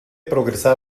progresar